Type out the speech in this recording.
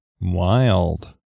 Wild